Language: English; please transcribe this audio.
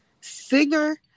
Singer